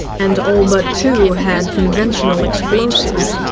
and all but two had conventional explosives.